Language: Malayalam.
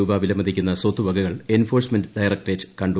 രൂപ വിലമതിക്കുന്ന സ്വത്തുവകകൾ എൻഫോഴ്സ്മെന്റ ഡയറക്ടറേറ്റ് കണ്ടു കെട്ടി